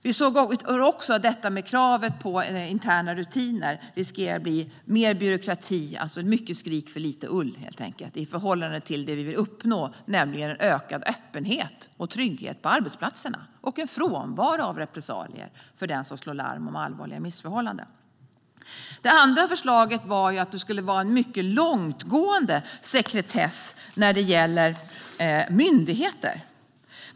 Vi såg också att kravet på interna rutiner riskerade att skapa mer byråkrati, helt enkelt mycket skrik för lite ull i förhållande till det vi vill uppnå, nämligen en ökad öppenhet och trygghet på arbetsplatserna och en frånvaro av repressalier för den som slår larm om allvarliga missförhållanden. Det andra förslaget var att det skulle vara en mycket långtgående sekretess när det gäller myndigheter.